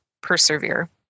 persevere